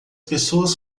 pessoas